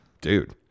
Dude